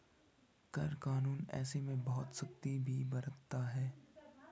कर कानून ऐसे में बहुत सख्ती भी बरतता है